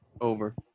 Over